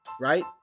Right